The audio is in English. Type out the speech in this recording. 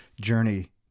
journey